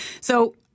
So-